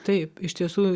taip iš tiesų